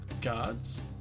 guards